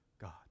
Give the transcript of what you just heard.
God